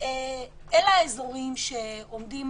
אל האזורים שעומדים